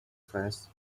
fence